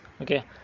Okay